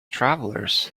travelers